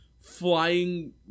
flying